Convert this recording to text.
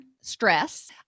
stress